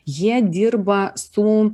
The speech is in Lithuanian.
jie dirba su